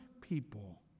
people